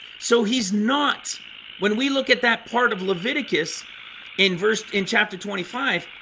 so he's not when we look at that part of leviticus in verse in chapter twenty five,